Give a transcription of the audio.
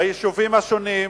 ביישובים השונים,